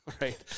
Right